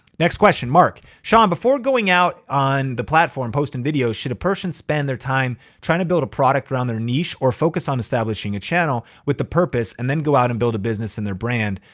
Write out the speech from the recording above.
next question, mark, sean before going out on the platform posting videos, should a person spend their time trying to build a product around their niche or focus on establishing a channel with a purpose and then go out and build a business and their brand?